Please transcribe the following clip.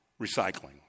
recycling